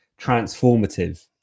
transformative